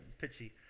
pitchy